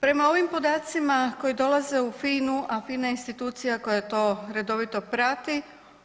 Prema ovim podacima koji dolaze u FINA-u, a FINA je institucija koja to redovito prati,